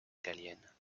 italienne